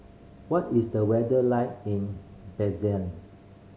what is the weather like in